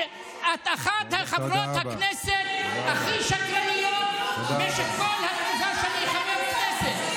ואת אחת מחברות הכנסת הכי שקרניות במשך כל התקופה שאני חבר כנסת.